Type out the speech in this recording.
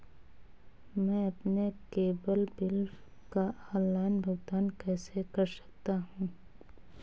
मैं अपने cable bill का ऑनलाइन भुगतान कैसे कर सकता हूं?